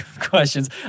questions